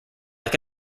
like